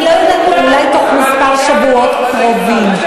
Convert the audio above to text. אני לא יודעת, אולי בתוך כמה שבועות, קרובים.